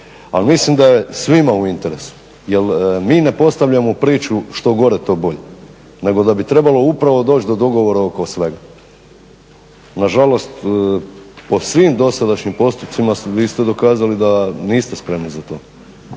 mislim da je svim u interesu jer mi ne postavljamo priču što gore to bolje nego da bi trebalo upravo doći do dogovora oko svega. Nažalost po svim dosadašnjim postupcima vi ste dokazali da niste spremni za to.